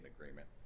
agreement